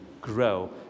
grow